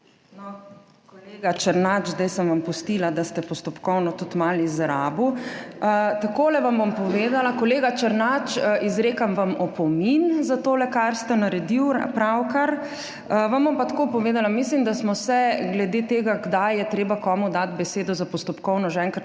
Kolega Černač, zdaj sem vam pustila, da ste postopkovno tudi malo izrabili. Takole vam bom povedala, kolega Černač, izrekam vam opomin za tole, kar ste pravkar naredili. Vam bom pa tako povedala, mislim, da smo se glede tega, kdaj je treba komu dati besedo za postopkovno, že enkrat